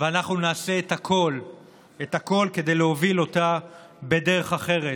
ומישהו שילם להם משכורת,